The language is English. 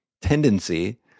tendency